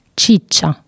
ciccia